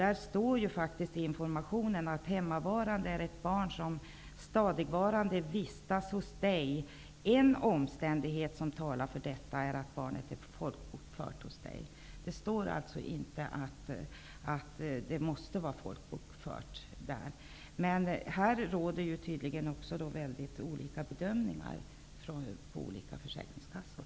Det står i informationen att ''hemmavarande barn är ett barn som stadigvarande vistas hos dig. En omständighet som talar för detta är att barnet är folkbokfört hos dig.'' Det står alltså inte att barnet måste vara folkbokfört. Men här råder tydligen olika bedömningar på olika försäkringskassor.